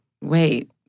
wait